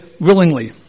willingly